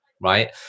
right